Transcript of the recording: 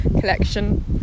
collection